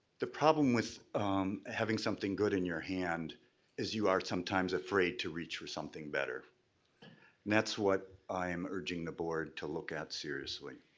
the problem with having something good in your hand is you are sometimes afraid to reach for something better. and that's what i'm urging the board to look at seriously.